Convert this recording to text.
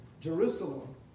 Jerusalem